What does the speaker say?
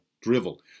drivel